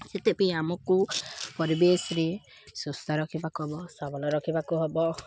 ସେତେପି ଆମକୁ ପରିବେଶରେ ସୁସ୍ଥ ରଖିବାକୁ ହବ ସବଲ ରଖିବାକୁ ହବ